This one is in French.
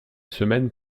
semaine